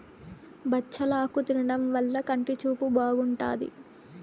బచ్చలాకు తినడం వల్ల కంటి చూపు బాగుంటాది